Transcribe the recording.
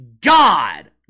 God